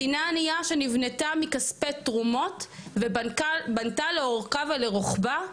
מדינה עניה שנבנה מכספי תרומות ובנתה לאורכה ולרוחבה,